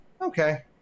okay